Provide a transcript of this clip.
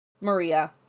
Maria